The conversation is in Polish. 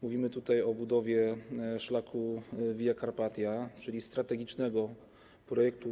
Mówimy tutaj o budowie szlaku Via Carpatia, czyli o strategicznym projekcie.